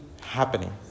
happening